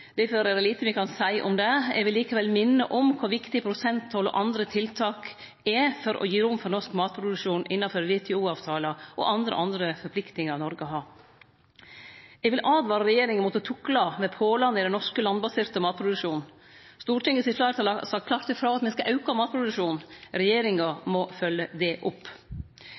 difor er det lite me kan seie om det. Eg vil likevel minne om kor viktig prosenttoll og andre tiltak er for å gi rom for norsk matproduksjon innanfor WTO-avtalen og andre forpliktingar Noreg har. Eg vil åtvare regjeringa mot å tukle med pålar ved den norske landbaserte matproduksjonen. Stortingets fleirtal har sagt klart ifrå at me skal auke matproduksjonen. Regjeringa må fylgje det opp.